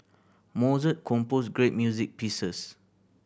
Mozart composed great music pieces